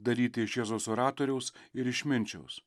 daryti iš jėzaus oratoriaus ir išminčiaus